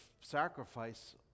sacrifice